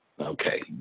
Okay